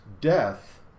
death